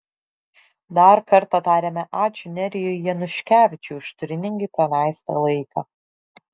dar kartą tariame ačiū nerijui januškevičiui už turiningai praleistą laiką